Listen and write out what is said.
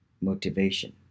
motivation